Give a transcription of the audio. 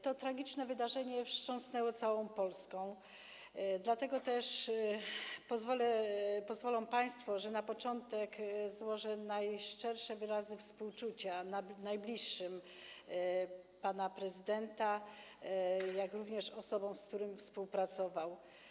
To tragiczne wydarzenie wstrząsnęło całą Polską, dlatego też pozwolą państwo, że na początek złożę najszczersze wyrazy współczucia najbliższym pana prezydenta, jak również osobom, z którymi współpracował.